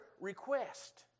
request